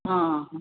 हाँ हाँ